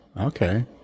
okay